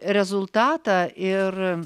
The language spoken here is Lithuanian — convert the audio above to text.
rezultatą ir